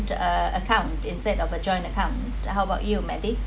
uh account instead of a joint account how about you mandy